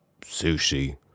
sushi